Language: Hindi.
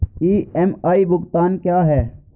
ई.एम.आई भुगतान क्या है?